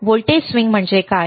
voltage swing म्हणजे काय